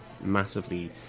massively